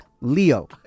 Leo